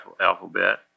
alphabet